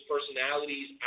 personalities